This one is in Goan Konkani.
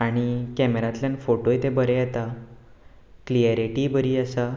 आनी कॅमेरांतल्यान फोटोय ते बरे येता क्लिएरिटीय बरी आसा